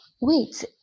wait